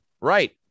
Right